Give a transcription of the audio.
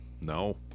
No